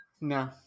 No